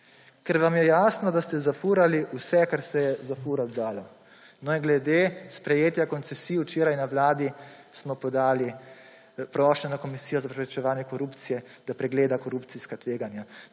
ker vam je jasno, da ste zafurali vse, kar se je zafurati dalo. Glede sprejetja koncesij včeraj na Vladi smo podali prošnjo na Komisijo za preprečevanje korupcije, da pregleda korupcijska tveganja.